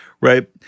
right